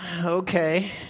okay